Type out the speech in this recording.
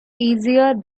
easier